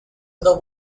other